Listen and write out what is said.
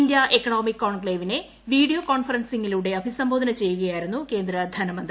India economic കോൺക്ലെവിനെ video കോൺഫറൻസിങ്ങിലൂടെ അഭിസംബോധന ചെയ്യുകയായിരുന്നു കേന്ദ്ര ധനമന്തി